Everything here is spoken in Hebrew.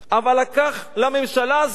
אבל לקח לממשלה הזאת